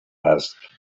asked